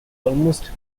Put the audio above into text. almost